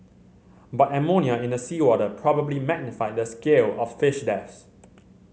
but ammonia in the seawater probably magnified the scale of fish deaths